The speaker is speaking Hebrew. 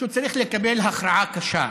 שהוא צריך לקבל הכרעה קשה.